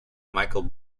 michael